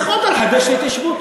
יכולת לחדש את ההתיישבות,